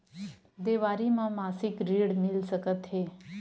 देवारी म मासिक ऋण मिल सकत हे?